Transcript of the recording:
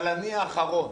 אבל אני האחרון